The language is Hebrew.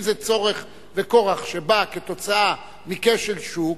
אם זה צורך וכורח שבא כתוצאה מכשל שוק,